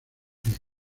envío